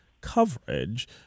coverage